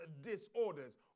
disorders